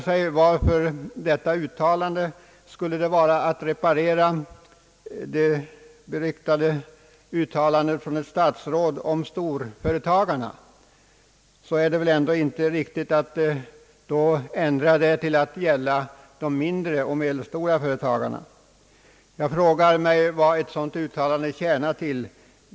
Om detta uttalande var avsett att reparera det beryktade uttalandet från ett statsråd om storföretagarna är det väl inte riktigt att ändra det till att gälla de mindre och medelstora företagarna. Jag frågar mig vad ett sådant uttalande tjänar till.